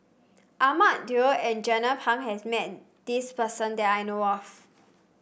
Ahmad Daud and Jernnine Pang has met this person that I know of